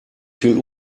viel